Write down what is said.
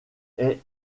est